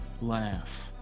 laugh